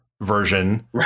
version